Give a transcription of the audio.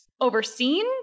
overseen